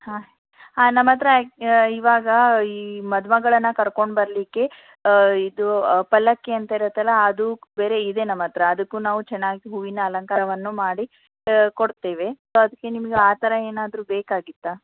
ಹಾಂ ಹಾಂ ನಮ್ಮ ಹತ್ರ ಇವಾಗ ಈ ಮದುಮಗಳನ್ನ ಕರ್ಕೊಂಡು ಬರಲಿಕ್ಕೆ ಇದು ಪಲ್ಲಕ್ಕಿಯಂತ ಇರುತ್ತಲ್ಲ ಅದು ಬೇರೆ ಇದೆ ನಮ್ಮ ಹತ್ರ ಅದಕ್ಕೂ ನಾವು ಚೆನ್ನಾಗಿ ಹೂವಿನ ಅಲಂಕಾರವನ್ನು ಮಾಡಿ ಕೊಡ್ತೇವೆ ಸೊ ಅದಕ್ಕೆ ನಿಮಗೆ ಆ ಥರ ಏನಾದರೂ ಬೇಕಾಗಿತ್ತಾ